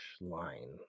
line